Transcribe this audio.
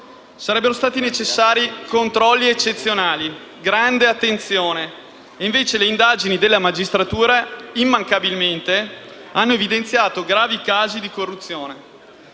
Sarebbero stati necessari controlli eccezionali e grande attenzione. Invece le indagini della magistratura, immancabilmente, hanno evidenziato gravi casi di corruzione.